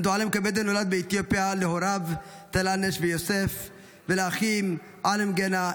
אנדועלם קבדה נולד באתיופיה להוריו טלאנש ויוסף ולאחים עלמגנה,